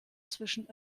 zwischen